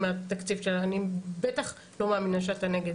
אני בטח לא מאמינה שאתה נגד.